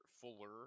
fuller